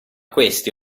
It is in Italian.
questi